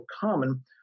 common